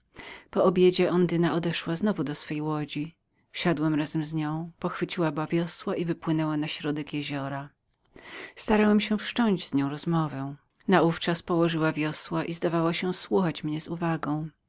po obiedzie ondyna odeszła znowu do swej łodzi wsiadłem razem z nią pochwyciła oba wiosła i wypłynęła na środek jeziora starałem się wszcząć z nią rozmowę naówczas położyła wiosła i zdawała się słuchać mnie z uwagą